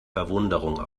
verwunderung